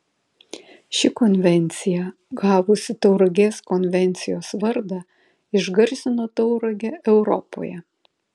ši konvencija gavusi tauragės konvencijos vardą išgarsino tauragę europoje